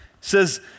Says